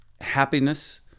happiness